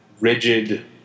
rigid